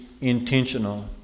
intentional